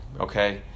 okay